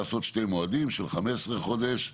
לעשות שני מועדים של 15 חודש.